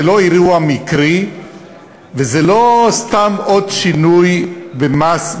זה לא אירוע מקרי וזה לא סתם עוד שינוי במס,